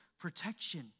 protection